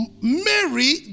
Mary